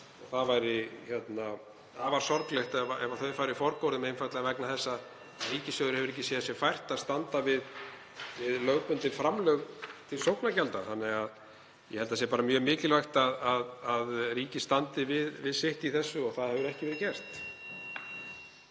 (Forseti hringir.) ef þau færu forgörðum einfaldlega vegna þess að ríkissjóður hefur ekki séð sér fært að standa við lögbundin framlög til sóknargjalda. Ég held að það sé mjög mikilvægt að ríkið standi við sitt í þessu og það hefur ekki verið gert.